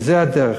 וזה הדרך.